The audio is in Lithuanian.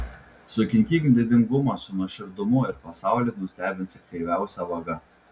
sukinkyk didingumą su nuoširdumu ir pasaulį nustebinsi kreiviausia vaga